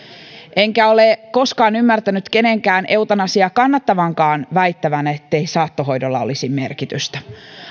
enkä ole koskaan ymmärtänyt kenenkään eutanasiaa kannattavankaan väittävän ettei saattohoidolla olisi merkitystä